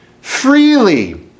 freely